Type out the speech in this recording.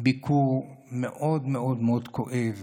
ביקור מאוד מאוד מאוד כואב